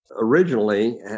originally